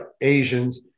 Asians